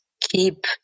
keep